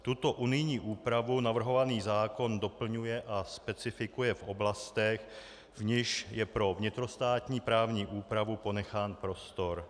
Tuto unijní úpravu navrhovaný zákon doplňuje a specifikuje v oblastech, v nichž je pro vnitrostátní právní úpravu ponechán prostor.